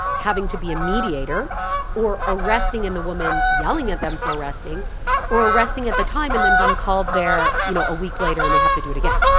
having to be a mediator or arresting in the woman's, yelling at them for arresting or arresting at the time and then being called there, you know, a week later and they have to do it again.